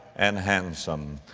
and handsome.